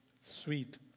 sweet